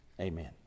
amen